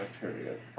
period